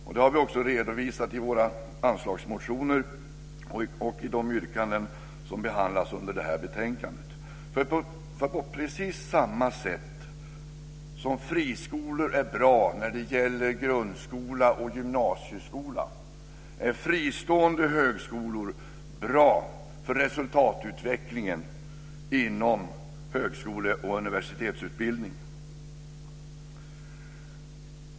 Detta har vi också redovisat i våra anslagsmotioner och i de yrkanden som behandlas i det här betänkandet. På precis samma sätt som friskolor är bra när det gäller grundskola och gymnasieskola är fristående högskolor bra för resultatutvecklingen inom högskole och universitetsutbildningen.